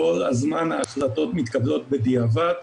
כל הזמן ההחלטות מתקבלות בדיעבד,